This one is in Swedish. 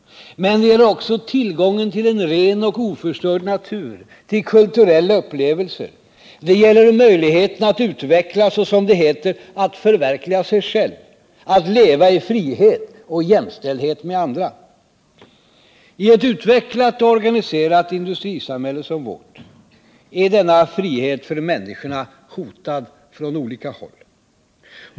Men det gäller också tillgången till en ren och oförstörd natur, till kulturella upplevelser. Det gäller möjligheten att utvecklas och, som det heter, att förverkliga sig själv, att leva i frihet och jämställdhet med andra. I ett utvecklat och organiserat industrisamhälle som vårt är denna frihet för människorna hotad från olika håll.